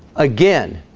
again,